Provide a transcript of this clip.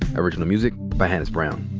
and original music by hannis brown.